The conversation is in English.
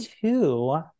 two